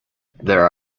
there